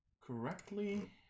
correctly